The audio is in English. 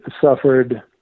suffered